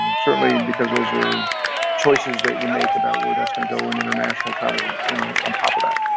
certainly, because those are choices that you make about where that's going to go in international travel you know on top of that.